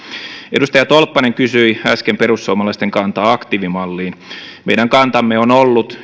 edustaja tolppanen kysyi äsken perussuomalaisten kantaa aktiivimalliin meidän kantamme on ollut